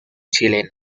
chilena